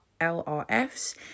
LRFs